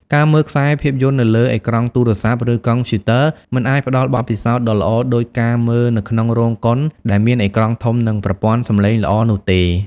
ការមើលខ្សែភាពយន្តនៅលើអេក្រង់ទូរស័ព្ទឬកុំព្យូទ័រមិនអាចផ្តល់បទពិសោធន៍ដ៏ល្អដូចការមើលនៅក្នុងរោងកុនដែលមានអេក្រង់ធំនិងប្រព័ន្ធសំឡេងល្អនោះទេ។